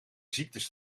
ziektes